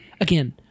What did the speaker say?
again